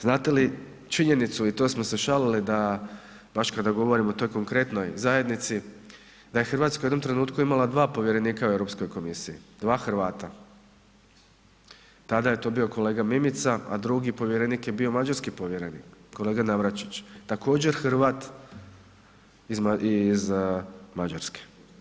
Znate li činjenicu i to smo se šalili da baš kada govorim o toj konkretnoj zajednici, da je RH u jednom trenutku imala 2 povjerenika u Europskoj komisiji, 2 Hrvata, tada je to bio kolega Mimica, a drugi povjerenik je bio mađarski povjerenik, kolega Navračić, također Hrvat iz Mađarske.